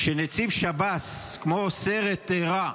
כשנציב שב"ס, כמו בסרט רע,